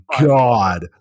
God